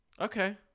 Okay